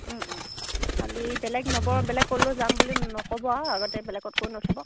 খালী বেলেগ নব বেলেগ ক'লৈও যাম বুলি নক'ব আৰু আগতে বেলেগত কৈ নথ'ব